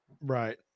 Right